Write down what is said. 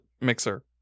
Mixer